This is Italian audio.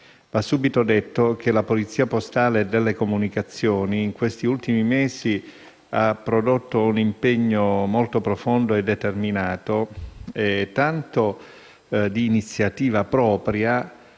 Va subito detto che la Polizia postale e delle comunicazioni in questi ultimi mesi ha prodotto un impegno molto profondo e determinato, tanto d'iniziativa propria,